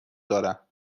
دارم